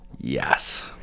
yes